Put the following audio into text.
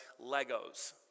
Legos